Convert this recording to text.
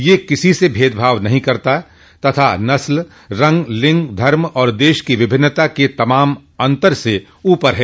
यह किसी से भेदभाव नहीं करता तथा नस्ल रंग लिंग धर्म और देश की विभिन्नता के तमाम अंतर से ऊपर है